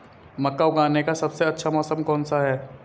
मक्का उगाने का सबसे अच्छा मौसम कौनसा है?